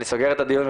אני סוגר את הדיון,